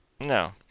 No